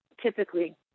typically